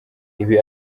ibi